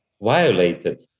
violated